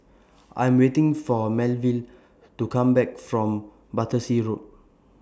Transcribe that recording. I Am waiting For Melville to Come Back from Battersea Road